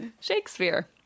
Shakespeare